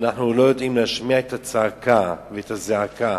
שאנחנו לא יודעים להשמיע את הצעקה ואת הזעקה